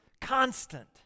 constant